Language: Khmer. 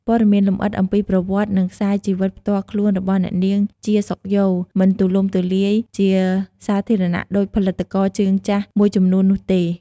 ព័ត៌មានលម្អិតអំពីប្រវត្តិ និងខ្សែជីវិតផ្ទាល់ខ្លួនរបស់អ្នកនាង ជា សុខយ៉ូ មិនទូលំទូលាយជាសាធារណៈដូចផលិតករជើងចាស់មួយចំនួននោះទេ។